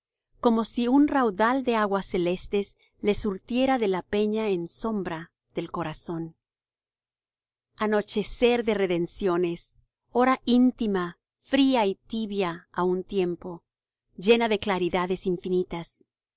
como si un raudal de aguas celestes le surtiera de la peña en sombra del corazón anochecer de redenciones hora íntima fría y tibia á un tiempo llena de claridades infinitas las